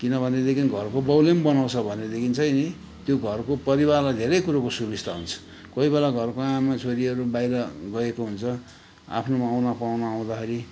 किनभनेदेखि घरको बाउले नि बनाउँछ भनेदेखि चाहिँ नि त्यो घरको परिवारलाई धेरै कुरोको सुबिस्ता हुन्छ कोही बेला घरको आमा छोरीहरू बाहिर गएको हुन्छ आफ्नोमा आहुना पाहुना आउँदाखेरि